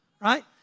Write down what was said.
right